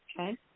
okay